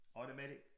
Automatic